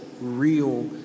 real